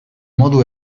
modu